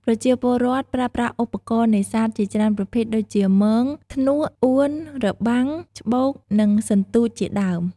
ប្រជាពលរដ្ឋប្រើប្រាស់ឧបករណ៍នេសាទជាច្រើនប្រភេទដូចជា មង ធ្នូក អួន របាំង ច្បូក និងសន្ទូចជាដើម។